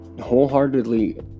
wholeheartedly